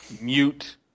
mute